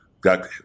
got